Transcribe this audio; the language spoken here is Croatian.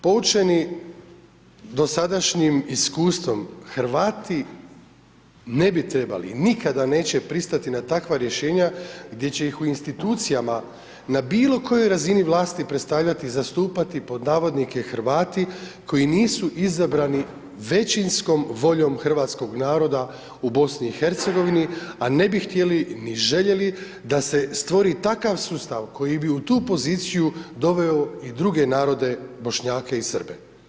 Poučeni dosadašnjim iskustvom, Hrvati ne bi trebali i nikada neće pristati na takva rješenja gdje će ih u institucijama na bilo kojoj razini vlasti predstavljati i zastupati pod navodnike Hrvati koji nisu izabrani većinskom voljom hrvatskog naroda u BiH, a ne bi htjeli ni željeli da se stvori takav sustav koji bi u tu poziciju doveo i druge narode, Bošnjake i Srbe.